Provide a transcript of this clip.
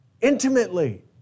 Intimately